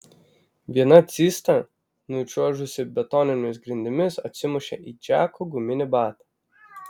viena cista nučiuožusi betoninėmis grindimis atsimušė į džeko guminį batą